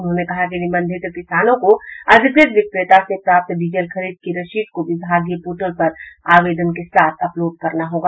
उन्होंने कहा कि निबंधित किसानों को अधिकृत विक्रेता से प्राप्त डीजल खरीद की रशीद को विभागीय पोर्टल पर आवेदन के साथ अपलोड करना होगा